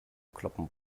kloppen